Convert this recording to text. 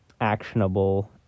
actionable